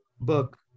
book